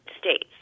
states